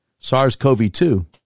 SARS-CoV-2